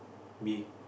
me